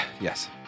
Yes